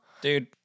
Dude